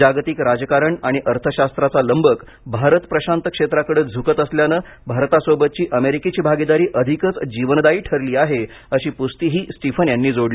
जागतिक राजकारण आणि अर्थशास्त्राचा लंबक भारत प्रशात क्षेत्राकडे झुकत असल्याने भारतासोबतची अमेरिकेची भागिदारी अधिकच जीवनदायी ठरली आहे अशी पुस्तीही स्टीफन यांनी जोडली